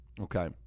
Okay